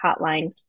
hotline